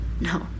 No